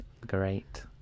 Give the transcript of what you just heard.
Great